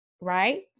right